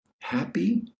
happy